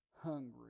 hungry